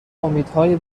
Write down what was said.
امیدهای